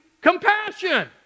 compassion